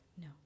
no